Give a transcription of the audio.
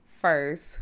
first